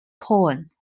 tone